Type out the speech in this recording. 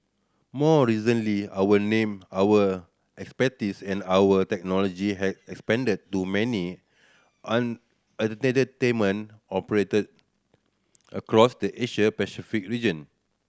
more recently our name our expertise and our technology have expanded to many entertainment operated across the Asia Pacific region